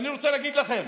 אני רוצה להגיד לכם,